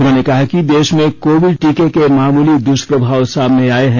उन्होंने कहा कि देश में कोविड टीके के मामूली दृष्प्रभाव सामने आए हैं